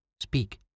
speak